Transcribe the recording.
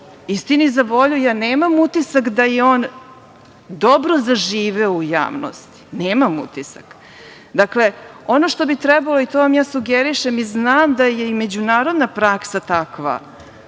istini za volju, nemam utisak da je on dobro zaživeo u javnosti, nemam utisak. Dakle, ono što bi trebalo i to vam ja sugerišem i znam da je međunarodna praksa takva,